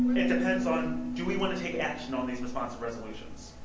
it depends on do we want to take action on these responsive resolutions?